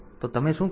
તો તમે શું કરી શકો